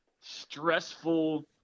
stressful